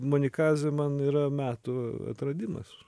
monikazė man yra metų atradimas